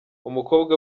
umukobwa